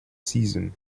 season